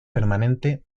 permanente